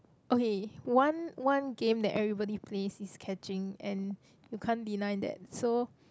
okay one one game that everybody plays is catching and you can't deny that so